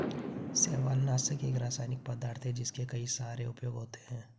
शैवालनाशक एक रासायनिक पदार्थ है जिसके कई सारे उपयोग होते हैं